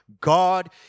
God